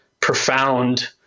profound